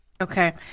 okay